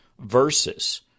versus